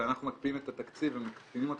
ואנחנו מקפיאים את התקציב ומקטינים אותו